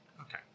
Okay